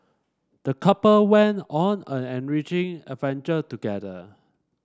the couple went on an enriching adventure together